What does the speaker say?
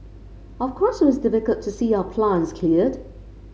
of course it was difficult to see our plants cleared